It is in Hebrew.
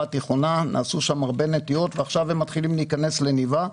התיכונה נעשו שם הרבה נטיעות ועכשיו הם מתחילים להיכנס לניבה,